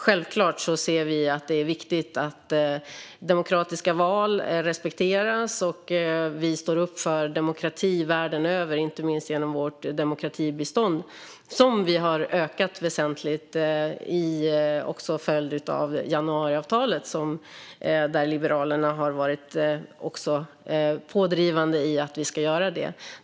Självklart ser vi det som viktigt att demokratiska val respekteras, och vi står upp för demokrati världen över, inte minst genom vårt demokratibistånd som vi har ökat väsentligt som en följd av januariavtalet där Liberalerna har varit pådrivande för att vi ska göra det.